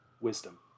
wisdom